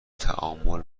تعامل